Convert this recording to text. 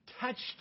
touched